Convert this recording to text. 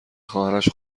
خواهرش